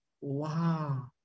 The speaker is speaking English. wow